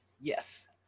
yes